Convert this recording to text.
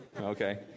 Okay